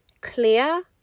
clear